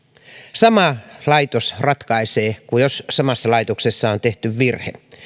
sama laitos ratkaisee jos samassa laitoksessa on tehty virhe